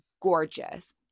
gorgeous